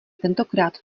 tentokrát